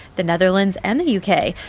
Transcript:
the netherlands and the u k.